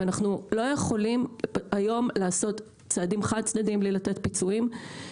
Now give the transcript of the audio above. ואנחנו לא יכולים היום לעשות צעדים חד-צדדיים בלי לתת פיצויים.